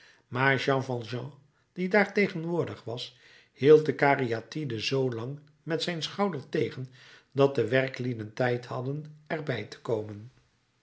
maar jean valjean die daar tegenwoordig was hield de kariatide zoo lang met zijn schouder tegen dat de werklieden tijd hadden er bij te komen